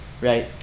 right